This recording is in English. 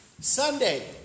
Sunday